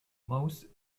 most